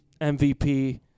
MVP